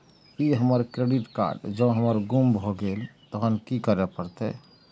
ई हमर credit card जौं हमर गुम भ गेल तहन की करे परतै?